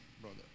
brother